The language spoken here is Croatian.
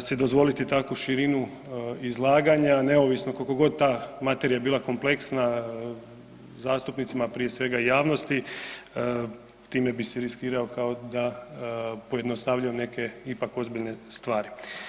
si dozvoliti takvu širinu izlaganja neovisno koliko god ta materija bila kompleksna zastupnicima prije svega i javnosti, time bi si riskirao kao da pojednostavljujem neke ipak ozbiljne stvari.